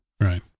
Right